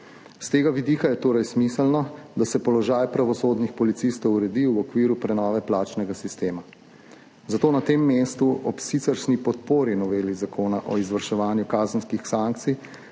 S tega vidika je torej smiselno, da se položaj pravosodnih policistov uredi v okviru prenove plačnega sistema. Zato na tem mestu ob siceršnji podpori noveli Zakona o izvrševanju kazenskih sankcij